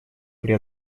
при